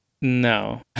No